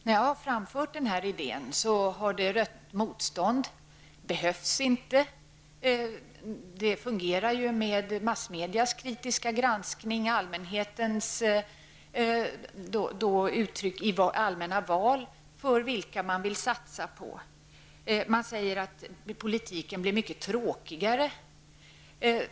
När jag har framfört den här idén har jag mött motstånd: Behövs inte, det fungerar ju med massmedias kritiska granskning, med allmänhetens uttryck i allmänna val för vilka man vill satsa på. Man säger att politiken blir mycket tråkigare.